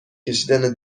کشیدن